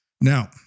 Now